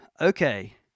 okay